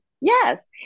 yes